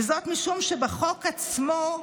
וזאת משום שבחוק עצמו,